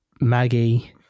Maggie